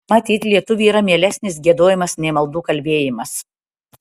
matyt lietuviui yra mielesnis giedojimas nei maldų kalbėjimas